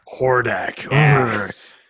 Hordak